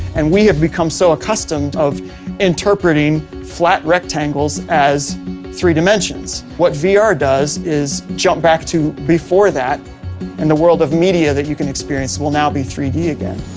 and we have become so accustomed of interpreting flat rectangles as three dimensions. what vr ah does is jump back to before that and the world of media that you can experience will now be three d again.